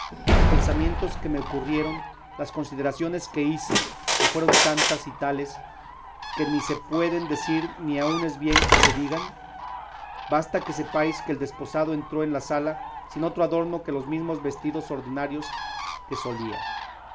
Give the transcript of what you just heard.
los pensamientos que me ocurrieron las consideraciones que hice que fueron tantas y tales que ni se pueden decir ni aun es bien que se digan basta que sepáis que el desposado entró en la sala sin otro adorno que los mesmos vestidos ordinarios que solía